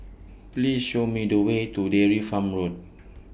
Please Show Me The Way to Dairy Farm Road